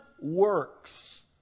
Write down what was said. works